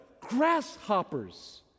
Grasshoppers